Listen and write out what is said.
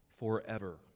forever